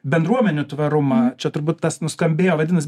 bendruomenių tvarumą čia turbūt tas nuskambėjo vadinas